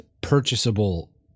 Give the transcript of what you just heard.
purchasable